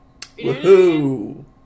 Woohoo